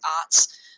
Arts